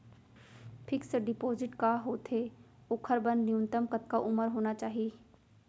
Fix deposit का होथे ओखर बर न्यूनतम कतका उमर होना चाहि?